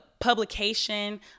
publication